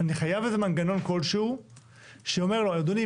אני חייב איזה מנגנון כלשהו שאומר לו אדוני,